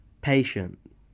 patient